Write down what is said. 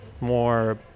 more